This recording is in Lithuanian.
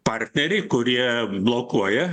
partneriai kurie blokuoja